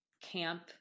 camp